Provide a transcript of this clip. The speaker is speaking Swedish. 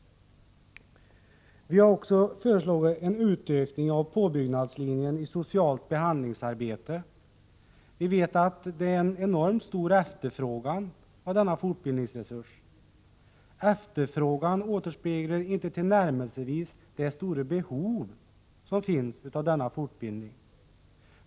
Vi har också föreslagit en utökning av påbyggnadslinjen fortbildning i socialt behandlingsarbete. Vi vet att det är en enormt stor efterfrågan på denna fortbildningsresurs. Efterfrågan återspeglar inte tillnärmelsevis det stora behov som finns av denna fortbildning.